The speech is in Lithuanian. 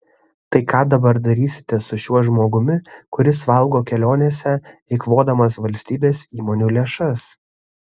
tai ką dabar darysite su šiuo žmogumi kuris valgo kelionėse eikvodamas valstybės įmonių lėšas